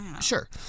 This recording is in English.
Sure